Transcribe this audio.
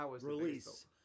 release